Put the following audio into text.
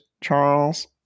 Charles